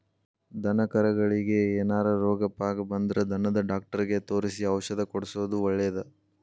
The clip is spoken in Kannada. ದನಕರಗಳಿಗೆ ಏನಾರ ರೋಗ ಪಾಗ ಬಂದ್ರ ದನದ ಡಾಕ್ಟರಿಗೆ ತೋರಿಸಿ ಔಷಧ ಕೊಡ್ಸೋದು ಒಳ್ಳೆದ